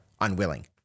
unwilling